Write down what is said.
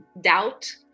doubt